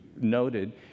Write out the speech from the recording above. noted